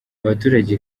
abaturage